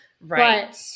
Right